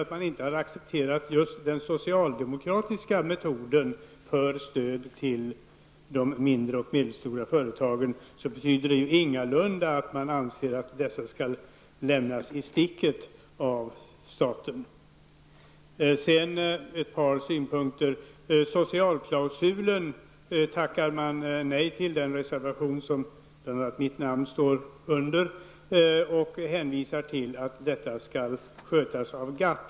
Det faktum att just den socialdemokratiska metoden för stöd till de mindre och medelstora företagen har accepterats betyder ingalunda att man anser att dessa företag skall lämnas i sticket av staten. Så ett par andra synpunkter. Socialklausulen tackas det nej till i en reservation som bl.a. jag har undertecknat. Vi reservanter hänvisar till att detta är något som skall skötas av GATT.